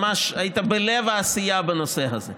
ממש היית בלב העשייה בנושא הזה.